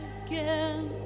again